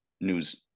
news